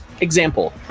example